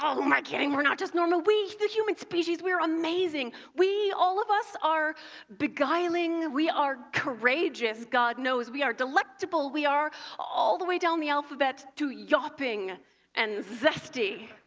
who am i kidding? we're not just normal! we, the human species, we're amazing! we all of us are beguiling, we are courageous, god knows we are delectable, we are all the way down the alphabet to yopping and zesty.